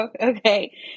okay